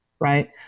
Right